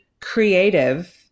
creative